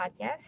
podcast